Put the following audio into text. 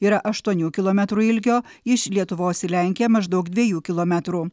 yra aštuonių kilometrų ilgio iš lietuvos į lenkiją maždaug dviejų kilometrų